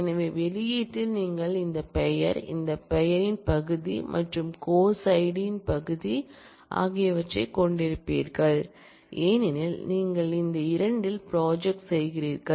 எனவே வெளியீட்டில் நீங்கள் இந்த பெயர் இந்த பெயர் பகுதி மற்றும் இந்த course id பகுதி ஆகியவற்றைக் கொண்டிருப்பீர்கள் ஏனெனில் நீங்கள் இந்த 2 இல் ப்ராஜெக்ட் செய்கிறீர்கள்